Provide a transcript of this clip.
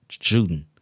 shooting